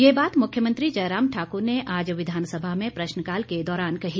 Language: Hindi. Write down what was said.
यह बात मुख्यमंत्री जयराम ठाकुर ने आज विधानसभा में प्रश्नकाल के दौरान कही